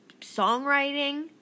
songwriting